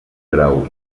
grau